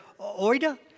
oida